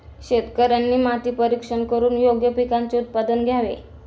शेतकऱ्यांनी माती परीक्षण करून योग्य पिकांचे उत्पादन घ्यावे